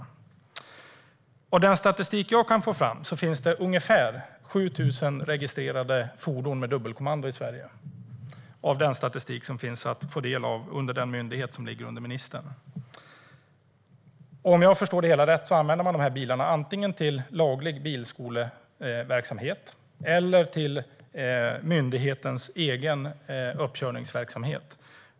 Jag har av den statistik som finns att ta del av från den myndighet som ligger under ministern fått fram att det finns ungefär 7 000 registrerade fordon med dubbelkommando i Sverige. Om jag förstår det hela rätt använder man de här bilarna antingen till laglig bilskoleverksamhet eller till myndighetens egen uppkörningsverksamhet.